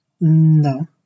No